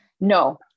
no